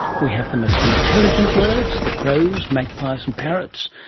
we have the most intelligent birds, the crows, magpies and parrots,